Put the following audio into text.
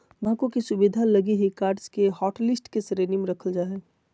ग्राहकों के सुविधा लगी ही कार्ड्स के हाटलिस्ट के श्रेणी में रखल जा हइ